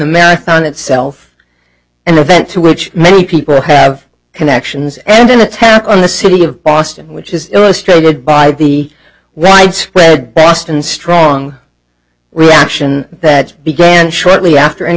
marathon itself and the event to which many people have connections and an attack on the city of boston which is illustrated by the widespread boston strong reaction that began shortly after and